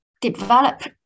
develop